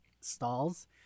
stalls